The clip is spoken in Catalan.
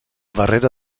darrere